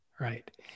Right